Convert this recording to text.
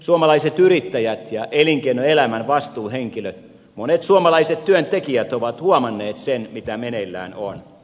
suomalaiset yrittäjät elinkeinoelämän vastuuhenkilöt ja monet suomalaiset työntekijät ovat huomanneet sen mitä meneillään on